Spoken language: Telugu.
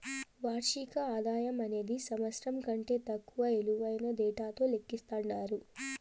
వార్షిక ఆదాయమనేది సంవత్సరం కంటే తక్కువ ఇలువైన డేటాతో లెక్కిస్తండారు